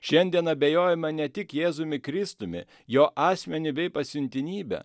šiandien abejojama ne tik jėzumi kristumi jo asmeniu bei pasiuntinybe